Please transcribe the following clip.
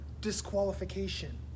disqualification